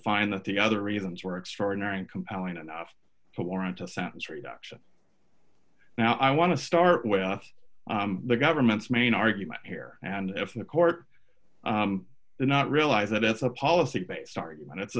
find that the other reasons were extraordinary and compelling enough to warrant a sentence reduction now i want to start with the government's main argument here and if the court did not realize that it's a policy based argument it's